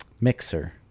mixer